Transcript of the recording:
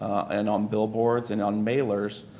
and on billboards and on mailers